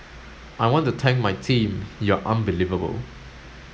I want to thank my team you're unbelievable